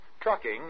trucking